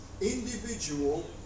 individual